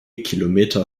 kilometer